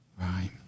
right